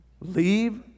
Leave